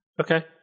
Okay